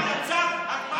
ההצבעה תחכה,